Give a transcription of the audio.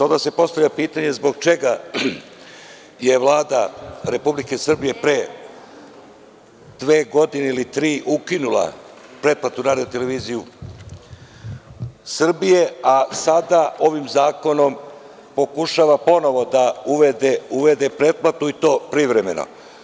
Onda se postavlja pitanje – zbog čega je Vlada RS pre dve godine ili tri ukinula pretplatu RTS a sada ovim zakonom pokušava ponovo da uvede pretplatu i to privremeno.